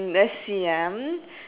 let's see ah